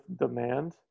demand